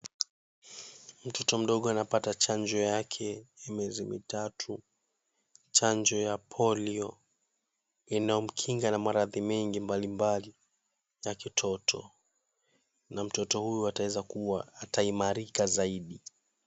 Mtoto mdogo anapata chanjo yake ya miezi mitatu, chanjo ya Polio inayo mkinga na maradhi mengi mbalimbali ya kitoto. Na mtoto huyu ataweza kuwa ataimarika zaidi.